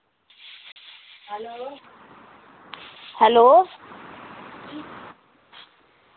hello